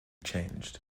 changed